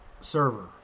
server